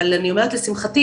אבל אני אומרת לשמחתי,